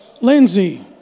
Lindsey